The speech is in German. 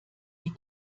die